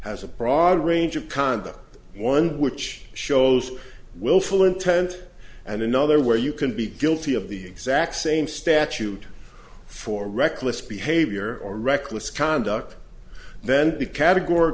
has a broad range of conduct one which shows willful intent and another where you can be guilty of the exact same statute for reckless behavior or reckless conduct then the categor